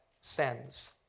sends